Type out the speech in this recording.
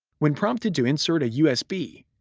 when prompted to insert a usb,